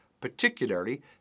particularly